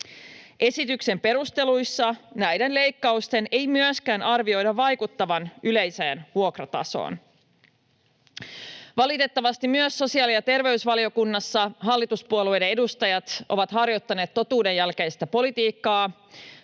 Esityksen perusteluissa näiden leikkausten ei myöskään arvioida vaikuttavan yleiseen vuokratasoon. Valitettavasti myös sosiaali- ja terveysvaliokunnassa hallituspuolueiden edustajat ovat harjoittaneet totuuden jälkeistä politiikkaa,